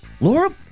Laura